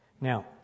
Now